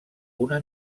una